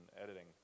editing